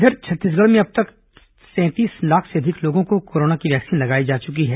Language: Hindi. इधर छत्तीसगढ़ में अब तक सैंतीस लाख से अधिक लोगों को कोरोना की वैक्सीन लगाई जा चुकी है